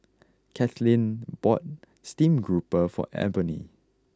Katelin bought Steamed Grouper for Ebony